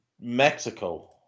Mexico